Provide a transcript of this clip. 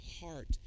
heart